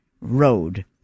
road